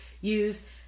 use